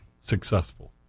successful